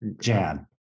Jan